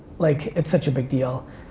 like it's such a big deal.